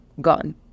gone